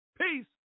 Peace